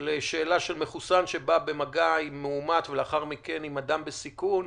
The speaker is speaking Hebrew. לשאלה של מחוסן שבא במגע עם מאומת ולאחר מכן עם אדם בסיכון,